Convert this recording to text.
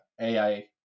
AI